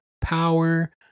power